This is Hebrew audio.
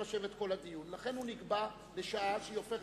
שאומרים אותה 500 פעם, נשארת שטות?